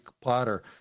plotter